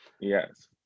Yes